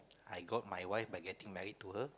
I got my wife by getting married to her